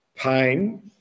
pain